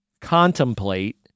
contemplate